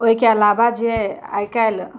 ओइके अलाबा जे आइ काल्हि